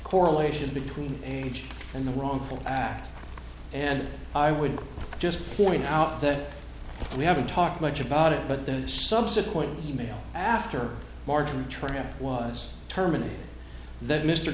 correlation between age and the wrongful act and i would just point out that we haven't talked much about it but the subsequent email after martin trial was terminated that mr